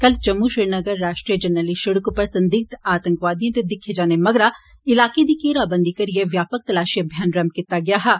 कल जम्मू श्रीनगर राष्ट्रीय जरनैली सिड़क उप्पर संदिग्घ आतंकवादिए दे दिक्खे जाने मगरा इलाके दी घेराबंदी करिए व्यापक तपाशी अभियान रम्म कीता गेआ हा